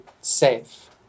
safe